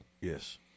Yes